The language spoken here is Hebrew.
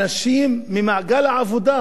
מהיצירה, מהצמיחה,